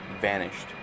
vanished